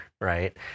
right